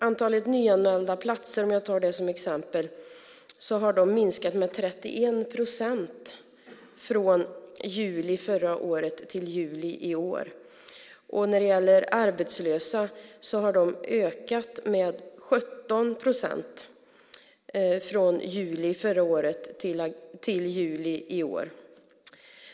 Antalet nyanmälda platser - om jag tar det som exempel - har minskat med 31 procent från juli förra året till juli i år. När det gäller de arbetslösa har de ökat med 17 procent från juli förra året till juli i år.